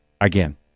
again